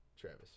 Travis